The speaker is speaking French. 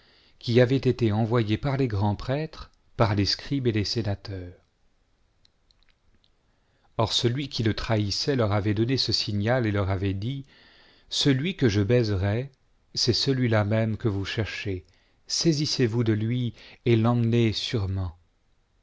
qui avaient été envoyés par les grands prêtres par les scribes et les sénateurs or celui qui le trahissait leur avait donné ce signal et leur avait dit celui que je baiserai c'est celui-là même que vous cherchez saisissezvous de lui et l'emmenez sûrement